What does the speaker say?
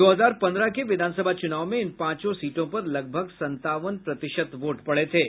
दो हजार पंद्रह के विधानसभा चुनाव में इन पांचों सीटों पर लगभग संतावन प्रतिशत वोट पड़े थे